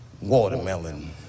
watermelon